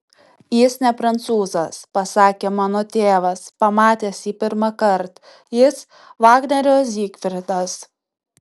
jis ne prancūzas pasakė mano tėvas pamatęs jį pirmąkart jis vagnerio zygfridas